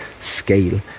scale